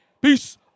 Peace